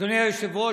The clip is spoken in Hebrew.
אדוני היושב-ראש,